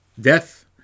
death